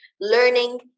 learning